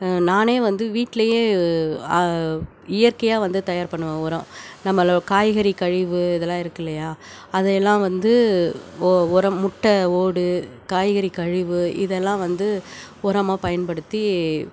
நானே வந்து வீட்டிலையே இயற்கையாக வந்து தயார் பண்ணுவேன் உரம் நம்மளோ காய்கறி கழிவு இதெல்லாம் இருக்குது இல்லையா அதையெல்லாம் வந்து ஓ உரம் முட்டை ஓடு காய்கறி கழிவு இதெல்லாம் வந்து உரமா பயன்படுத்தி